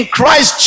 Christ